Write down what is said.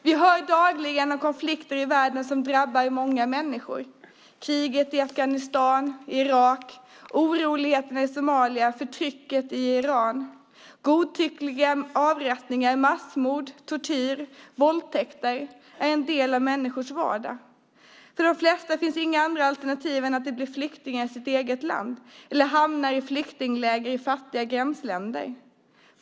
Vi hör dagligen om konflikter i världen som drabbar många människor, som kriget i Afghanistan och i Irak, oroligheterna i Somalia och förtrycket i Iran. Godtyckliga avrättningar, massmord, tortyr och våldtäkter är en del av människors vardag. För de flesta finns det inga andra alternativ än att de blir flyktingar i sitt eget land eller hamnar i flyktingläger i fattiga gränsländer.